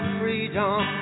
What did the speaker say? freedom